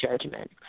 judgment